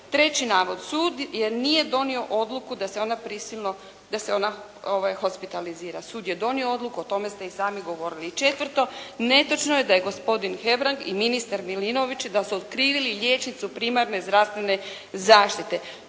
Treći navod. Sud jer nije donio odluku da se ona prisilno, da se ona hospitalizira. Sud je donio odluku. O tome ste i sami govorili. I četvrto. Netočno je da je gospodin Hebrang i ministar Milinović da su okrivili liječnicu primarne zdravstvene zaštite.